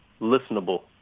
listenable